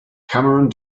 cameron